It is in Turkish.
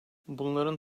bunların